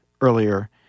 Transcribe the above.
earlier